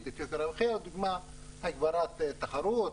את יוקר המחיה לדוגמה הגברת תחרות,